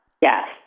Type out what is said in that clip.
Yes